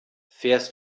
fährst